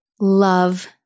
love